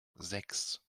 sechs